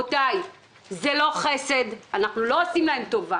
רבותי, זה לא חסד, אנחנו לא עושים להם טובה.